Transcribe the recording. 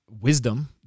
wisdom